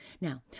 Now